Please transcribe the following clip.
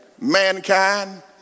mankind